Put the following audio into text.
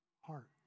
heart